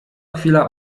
chwila